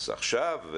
אז עכשיו,